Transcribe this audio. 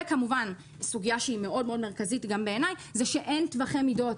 וכמובן סוגיה שהיא מאוד מאוד-מרכזית גם בעיניי והיא שאין טווחי מידות.